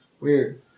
Weird